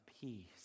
peace